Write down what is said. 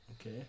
Okay